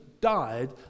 died